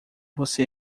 você